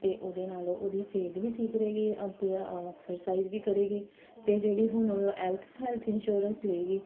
ਅਤੇ ਉਹਦੇ ਨਾਲ ਉਹਦੀ ਸਿਹਤ ਵੀ ਠੀਕ ਰਹੇਗੀ ਅਤੇ ਐਕਸਰਸਾਈਜ਼ ਵੀ ਕਰੇਗੀ ਅਤੇ ਜਿਹੜੀ ਹੁਣ ਹੈਲਥ ਹੈਲਥ ਇੰਸ਼ੋਰੈਂਸ ਲਈ ਗਈ